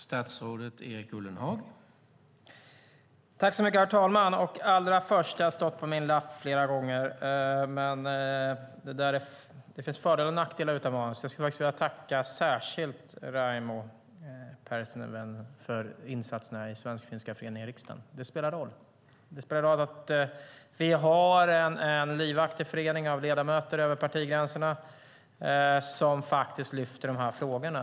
Herr talman! Allra först ska jag säga något som har stått på min lapp länge - det finns fördelar och nackdelar med manus. Jag skulle faktiskt särskilt vilja tacka Raimo Pärssinen för insatserna i Svensk-finska föreningen i riksdagen. Det spelar roll. Det spelar roll att vi har en livaktig förening med ledamöter över partigränserna som faktiskt lyfter fram de här frågorna.